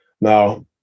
Now